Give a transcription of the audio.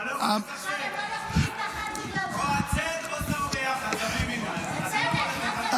אתה לא יכול --- או הצל או סבלימינל --- המשטרה,